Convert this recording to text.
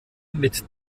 mit